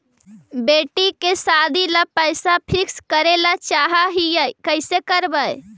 बेटि के सादी ल पैसा फिक्स करे ल चाह ही कैसे करबइ?